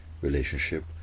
relationship